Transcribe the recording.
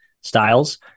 styles